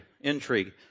intrigue